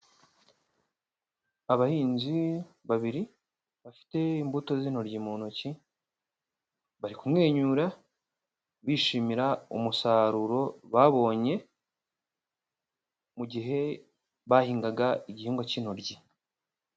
Abahinzi babiri bafite imbuto z'intoryi mu ntoki, bari kumwenyura bishimira umusaruro babonye mu gihe bahingaga igihingwa cy'intoryi.